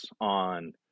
on